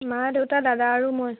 মা দেউতা দাদা আৰু মই